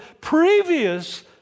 previous